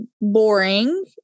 boring